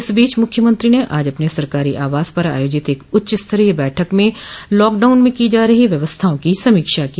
इस बीच मुख्यमंत्री ने आज अपने सरकारी आवास पर आयोजित एक उच्च स्तरीय बैठक में लॉकडाउन में की जा रही व्यवस्थाओं की समीक्षा की